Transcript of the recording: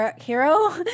Hero